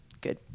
Good